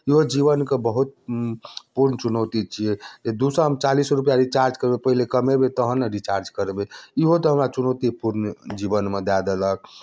इहो जीवनके बहुत पूर्ण चुनौती छियै जे दू सए उनचालीस रुपैआ रिचार्ज करबै पहिले कमेबै तखन ने रिचार्ज करबै इहो तऽ हमरा चुनौतीपूर्ण जीवनमे दए देलक